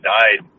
died